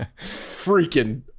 freaking